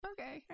Okay